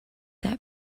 that